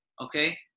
Okay